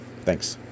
Thanks